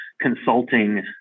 consulting